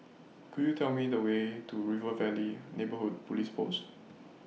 Could YOU Tell Me The Way to River Valley Neighbourhood Police Post